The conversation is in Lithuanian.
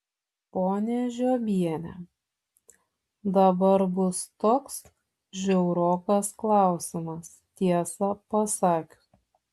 ponia žiobiene dabar bus toks žiaurokas klausimas tiesą pasakius